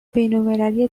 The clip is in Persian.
بینالمللی